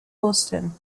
austen